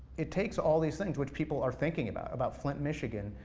it takes all these things, which people are thinking about, about flint, michigan,